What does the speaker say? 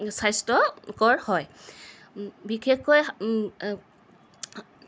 স্বাস্থ্যকৰ হয় বিশেষকৈ